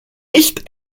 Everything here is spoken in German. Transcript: nicht